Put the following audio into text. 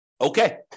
Okay